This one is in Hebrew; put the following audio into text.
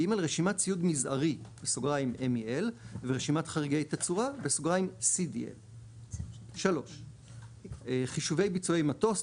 רשימת ציוד מזערי (MEL) ורשימת חריגי תצורה (CDL); חישובי ביצועי מטוס,